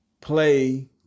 play